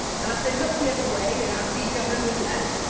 and as they look the other way and as we govern with less,